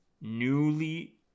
newly